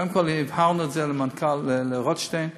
קודם כול, הבהרנו למנכ"ל, לרוטשטיין,